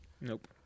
Nope